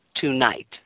tonight